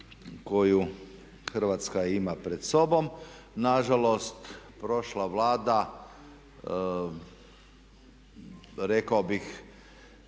koju Hrvatska ima pred sobom. Nažalost prošla Vlada rekao bih